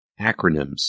Acronyms